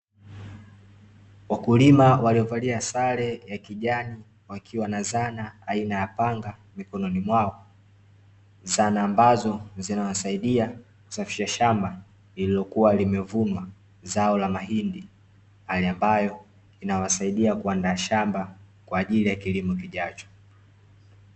Wakulima waliovalia sare ya kijani wakiwa na zana aina ya panga mikononi mwao, zana ambazo zinawasaidia kusafisha shamba lililokua limevunwa zao la mahindi. Halia ambayo inawasaidia kuandaa shamba kwa ajili ya kilimo kijacho.